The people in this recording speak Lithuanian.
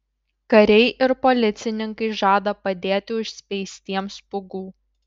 kariai ir policininkai žada padėti užspeistiems pūgų